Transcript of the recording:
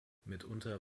mitunter